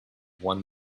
one